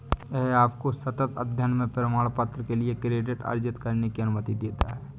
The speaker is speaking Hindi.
यह आपको सतत अध्ययन में प्रमाणपत्र के लिए क्रेडिट अर्जित करने की अनुमति देता है